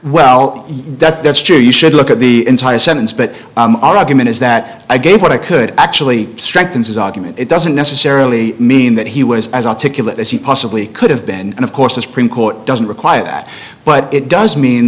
well that that's true you should look at the entire sentence but our argument is that i gave what i could actually strengthens his argument it doesn't necessarily mean that he was as articulate as he possibly could have been and of course the supreme court doesn't require that but it does mean